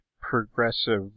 progressive